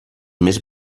més